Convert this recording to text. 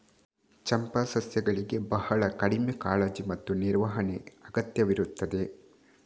ಚಂಪಾ ಸಸ್ಯಗಳಿಗೆ ಬಹಳ ಕಡಿಮೆ ಕಾಳಜಿ ಮತ್ತು ನಿರ್ವಹಣೆ ಅಗತ್ಯವಿರುತ್ತದೆ